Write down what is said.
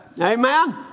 Amen